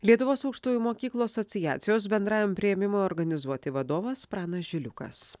lietuvos aukštųjų mokyklų asociacijos bendrajam priėmimui organizuoti vadovas pranas žiliukas